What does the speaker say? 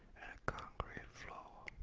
concrete floor.